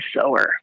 Sower